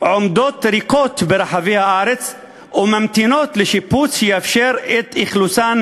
עומדות ריקות ברחבי הארץ וממתינות לשיפוץ שיאפשר את אכלוסן